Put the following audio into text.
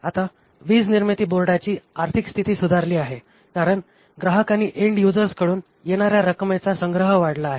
आता वीजनिर्मिती बोर्डाची आर्थिक स्थिती सुधारली आहे कारण ग्राहक किंवा एंड युजर्सकडून येणाऱ्या रक्कमेचा संग्रह वाढला आहे